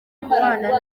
kubana